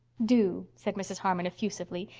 do, said mrs. harmon effusively.